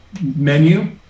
menu